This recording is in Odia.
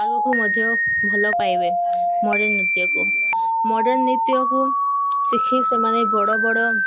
ଆଗକୁ ମଧ୍ୟ ଭଲ ପାଇବେ ମଡ଼ର୍ନ ନୃତ୍ୟକୁ ମଡ଼ର୍ନ ନୃତ୍ୟକୁ ଶିଖି ସେମାନେ ବଡ଼ ବଡ଼